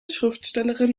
schriftstellerin